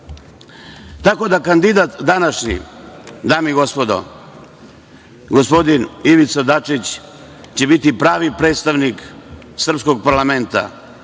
Dule. Tako da kandidat današnji, dame i gospodo, gospodin Ivica Dačić će biti pravi predstavnik srpskog parlamenta